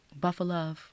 Buffalo